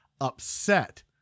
upset